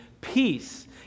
peace